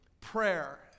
prayer